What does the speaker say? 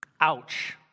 Ouch